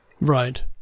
Right